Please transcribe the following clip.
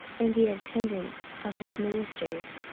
and the attendance of his ministers,